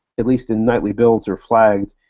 at least in nightly builds are flagged,